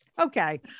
Okay